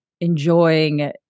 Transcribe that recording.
enjoying